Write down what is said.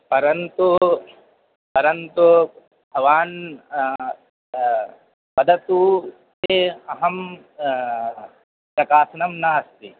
परन्तु परन्तु भवान् वदतु किम् अहं प्रकाशनं नास्ति